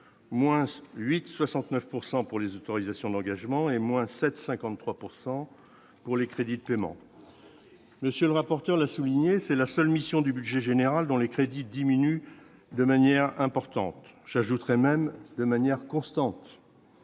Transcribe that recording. pourcent pour les autorisations d'engagement et moins 7 53 pourcent pour les crédits de paiement, monsieur le rapporteur, l'a souligné, c'est la seule mission du budget général dans les crédits diminuent de manière importante, j'ajouterai même de manière constante,